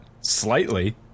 Slightly